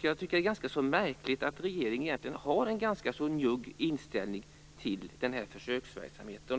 Det är ganska märkligt att regeringen har en så njugg inställning till denna försöksverksamhet.